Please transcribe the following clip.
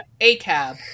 A-cab